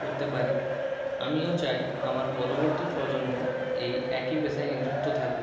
করতে পারি আমিও চাই আমার পরবর্তী প্রজন্ম এই একই পেশায় নিযুক্ত থাকুক